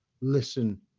listen